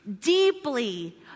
deeply